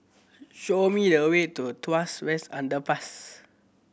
show me the way to Tuas West Underpass